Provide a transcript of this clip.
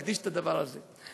להקדיש את הדבר הזה.